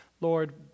Lord